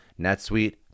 NetSuite